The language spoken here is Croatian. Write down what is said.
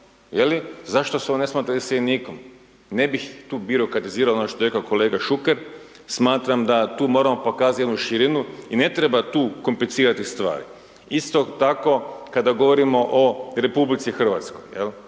zašto se on ne smatra iseljenikom. Ne bih tu birokratizirao ono što je rekao kolega Šuker, smatram da tu moramo pokazati jednu širinu i ne treba tu komplicirati stvari. Isto tako kada govorimo o RH, mi nismo